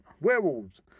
Werewolves